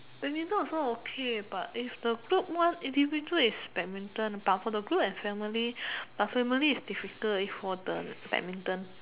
badminton also okay but is the group one individual is badminton but for the group and family but family is difficult if for the badminton